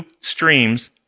streams